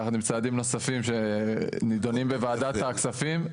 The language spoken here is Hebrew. ביחד עם צעדים נוספים שנידונים בוועדת הכספים,